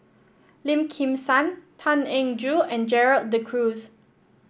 Lim Kim San Tan Eng Joo and Gerald De Cruz